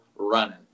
running